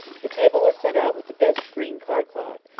the table was set out with the best green card-cloth,